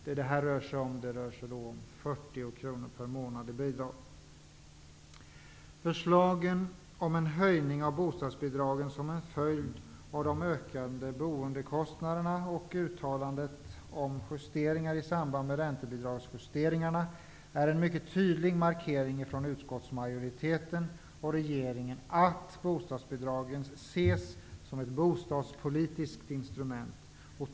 Det rör sig om 40 kr per månad i bidrag. Förslagen om en höjning av bostadsbidragen som en följd av de ökade boendekostnaderna och uttalandet om justeringar i samband med räntebidragsjusteringarna är en mycket tydlig markering från utskottsmajoriteten och regeringen, att bostadsbidragen ses som ett bostadspolitiskt instrument.